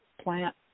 plant